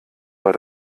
war